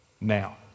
now